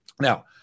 now